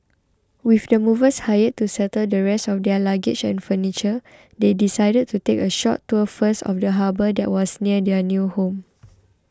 with the movers hired to settle the rest of their luggage and furniture they decided to take a short tour first of the harbour that was near their new home